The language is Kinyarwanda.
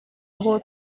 aho